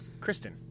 Kristen